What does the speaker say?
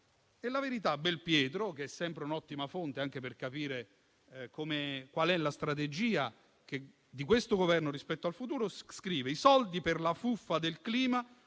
"La Verità" di Belpietro, che è sempre un'ottima fonte per capire qual è la strategia politica di questo Governo rispetto al futuro, scrive: «I soldi per la fuffa del clima